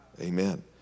Amen